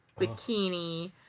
bikini